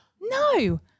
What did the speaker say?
No